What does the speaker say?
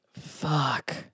Fuck